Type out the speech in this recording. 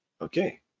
Okay